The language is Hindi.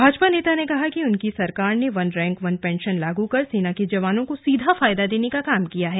भाजपा नेता ने कहा कि उनकी सरकार ने वन रैंक वन पेंशन लागू कर सेना के जवानों को सीधा फायदा देने का कार्य किया है